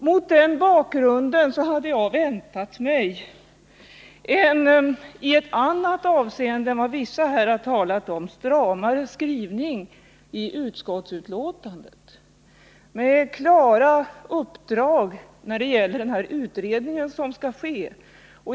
Mot den bakgrunden hade jag väntat mig en —i ett annat avseende än vissa personer här talat om — stramare skrivning i utskottsbetänkandet med klart uppdrag när det gäller den utredning som skall ske.